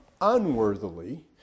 unworthily